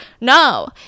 no